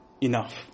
enough